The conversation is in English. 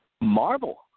Marvel